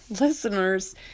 listeners